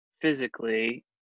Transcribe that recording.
physically